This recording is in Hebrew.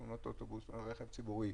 תאונות אוטובוס ורכב ציבורי,